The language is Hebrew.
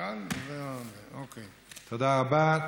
תודה רבה.